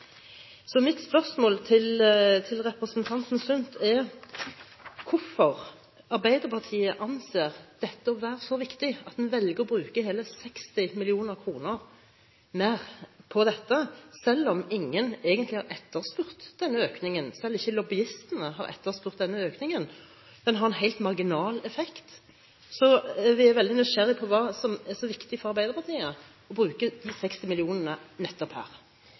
Så mitt spørsmål til representanten Sund er: Hvorfor anser Arbeiderpartiet dette for å være så viktig at en velger å bruke hele 60 mill. kr mer på dette, selv om ingen egentlig har etterspurt denne økningen – selv ikke lobbyistene har etterspurt denne økningen? Den har en helt marginal effekt. Så vi er veldig nysgjerrige på hvorfor det er så viktig for Arbeiderpartiet å bruke de 60 millionene nettopp her.